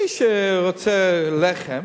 מי שרוצה לחם